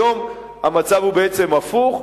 היום המצב בעצם הפוך,